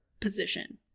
position